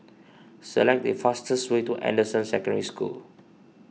select the fastest way to Anderson Secondary School